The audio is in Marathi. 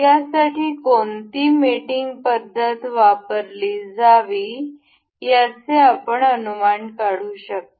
यासाठी कोणती मेटिंग पद्धत वापरली जावी याचे आपण अनुमान काढू शकता